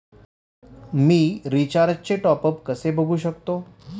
मी रिचार्जचे टॉपअप कसे बघू शकतो?